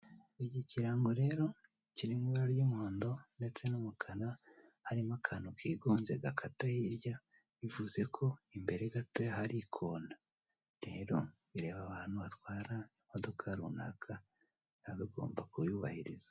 Iki kirango rero kiri mu ibara ry'umuhondo ndetse n'umukara harimo akantu kigonze gakata hirya bivuze ko imbere gatoya hari ikona, rero bireba abantu batwara imodoka runaka baba bagomba kuyubahiriza.